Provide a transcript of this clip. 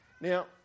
Now